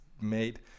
made